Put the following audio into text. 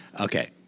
Okay